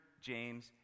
james